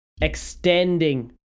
extending